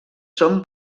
són